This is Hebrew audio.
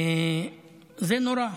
זה נורא,